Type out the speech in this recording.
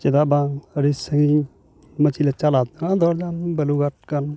ᱪᱮᱫᱟᱜ ᱵᱟᱝ ᱟᱹᱰᱤ ᱥᱟᱺᱜᱤᱧ ᱢᱟᱹᱪᱷᱤ ᱞᱮ ᱪᱟᱞᱟᱜ ᱫᱚ ᱦᱟᱸᱜ ᱫᱚᱰᱟᱝ ᱵᱟᱞᱩᱨᱜᱷᱟᱴ ᱜᱟᱱ